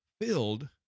filled